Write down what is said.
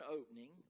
opening